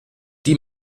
die